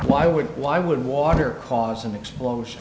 why would why would water cause an explosion